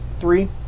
Three